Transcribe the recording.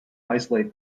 isolate